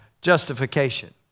justification